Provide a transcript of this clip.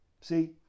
See